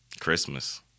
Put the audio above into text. Christmas